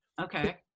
Okay